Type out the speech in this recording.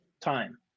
time